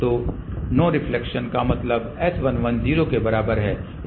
तो no reflection का मतलब S11 0 के बराबर है